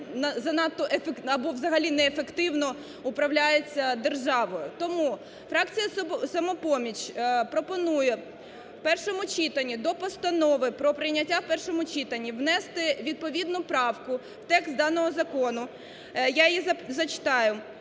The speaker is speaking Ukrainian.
або взагалі неефективно управляється державою. Тому фракція "Самопоміч" пропонує у першому читанні до Постанови про прийняття у першому читанні внести відповідну правку в текст даного Закону, я її зачитаю: